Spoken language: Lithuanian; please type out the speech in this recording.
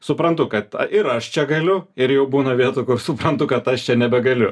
suprantu kad ir aš čia galiu ir jau būna vietų kur suprantu kad aš čia nebegaliu